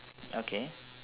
okay